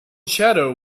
shadow